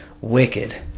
wicked